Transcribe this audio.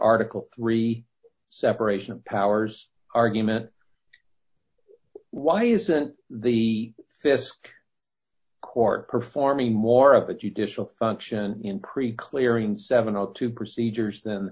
article three separation of powers argument why isn't the fisc court performing more of a judicial function in preclearance seven o two procedures th